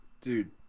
dude